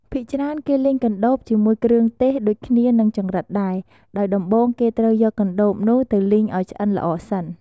ភាគច្រើន គេលីងកណ្ដូបជាមួយគ្រឿងទេសដូចគ្នានឹងចង្រិតដែរ ដោយដំបូងគេត្រូវយកកណ្តូបនោះទៅលីងឱ្យឆ្អិនល្អសិន។